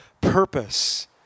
purpose